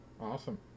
Awesome